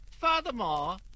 Furthermore